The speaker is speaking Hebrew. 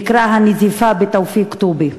שנקרא "הנזיפה בתופיק טובי",